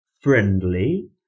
friendly